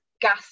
gas